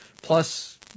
Plus